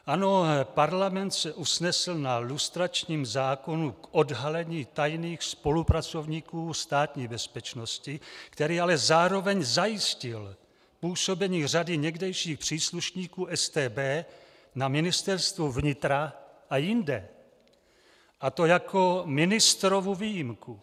Ano, Parlament se usnesl na lustračním zákonu k odhalení tajných spolupracovníku Státní bezpečnosti, který ale zároveň zajistil působení řady někdejších příslušníků StB na Ministerstvu vnitra a jinde, a to jako ministrovu výjimku.